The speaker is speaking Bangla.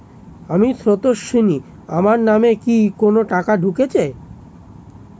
আমি স্রোতস্বিনী, আমার নামে কি কোনো টাকা ঢুকেছে?